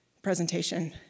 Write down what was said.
presentation